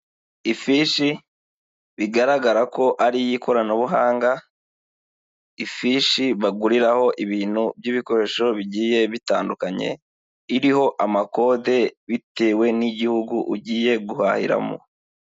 Ifishi bigaragara ko ari iy'ikoranabuhanga, ifishi baguriraho ibintu by'ibikoresho bigiye bitandukanye iriho amakode bitewe n'igihugu ugiye guhahiramo.